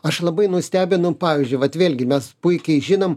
aš labai nustebinu pavyzdžiui vat vėlgi mes puikiai žinom